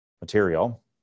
material